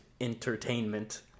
entertainment